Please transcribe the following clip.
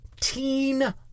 Teen